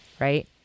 right